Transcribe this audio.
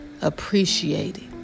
appreciating